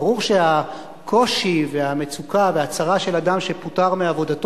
ברור שהקושי והמצוקה והצרה של אדם שפוטר מעבודתו